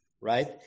Right